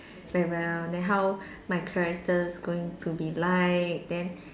very well then how my character's going to be like then